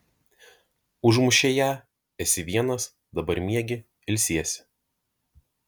užmušei ją esi vienas dabar miegi ilsiesi